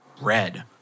red